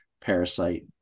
parasite